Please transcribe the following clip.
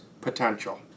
potential